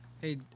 Hey